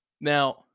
now